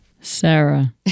Sarah